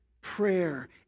prayer